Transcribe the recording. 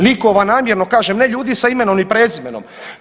Likova namjerno kažem, ne ljudi sa imenom i prezimenom.